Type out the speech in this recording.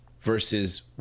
versus